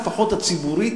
לפחות הציבורית,